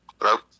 Hello